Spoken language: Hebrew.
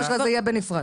זה יהיה בנפרד?